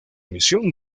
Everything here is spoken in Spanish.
misión